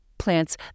plants